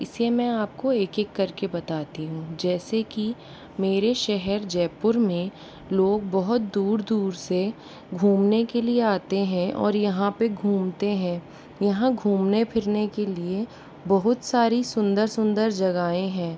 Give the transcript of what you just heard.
इसे मैं आपको एक एक करके बताती हूँ जैसे कि मेरे शहर जयपुर में लोग बहुत दूर दूर से घूमने के लिए आते हैं और यहाँ पर घुमते हैं यहाँ घूमने फिरने के लिए बहुत सारी सुंदर सुंदर जगहें हैं